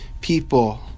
people